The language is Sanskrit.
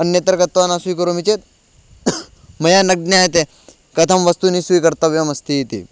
अन्यत्र गत्वा न स्वीकरोमि चेत् मया न ज्ञायते कथं वस्तूनि स्वीकर्तव्यमस्ति इति